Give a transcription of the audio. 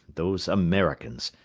those americans,